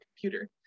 computer